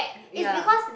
ya